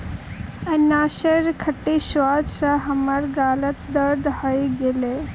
अनन्नासेर खट्टे स्वाद स हमार गालत दर्द हइ गेले